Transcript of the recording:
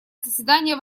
заседание